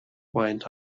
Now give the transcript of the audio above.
wind